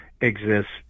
exists